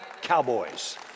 cowboys